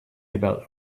about